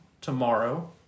tomorrow